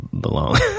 belong